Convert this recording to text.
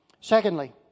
Secondly